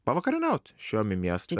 pavakarieniaut išėjom į miestą